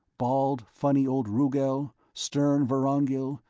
bald, funny old rugel, stern vorongil,